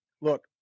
look